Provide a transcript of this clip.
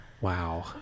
Wow